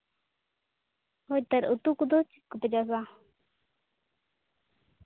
ᱦᱳᱭᱛᱚ ᱩᱛᱩ ᱠᱚᱫᱚ ᱟᱨ ᱪᱮᱫ ᱠᱚᱯᱮ ᱪᱟᱥᱟ